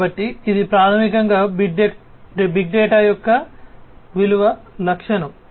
కాబట్టి ఇది ప్రాథమికంగా బిగ్ డేటా యొక్క విలువ లక్షణం